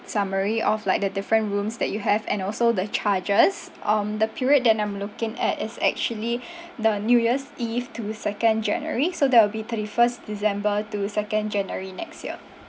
summary of like the different rooms that you have and also the charges um the period that I'm looking at is actually the new year's eve to second january so that will be thirty first december to second january next year